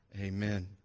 amen